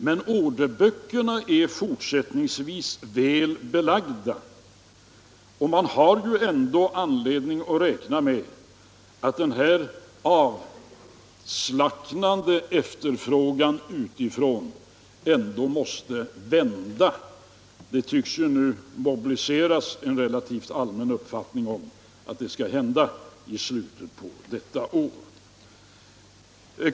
Men orderböckerna är fortsättningsvis väl fyllda, och man har ändå anledning att räkna med att den avslappnande efterfrågan utifrån måste vända. Det tycks nu mobiliseras en relativt allmän uppfattning om att vändningen kommer i slutet av detta år.